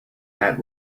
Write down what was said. that